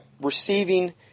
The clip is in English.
receiving